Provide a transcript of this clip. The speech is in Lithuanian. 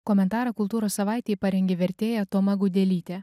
komentarą kultūros savaitei parengė vertėja toma gudelytė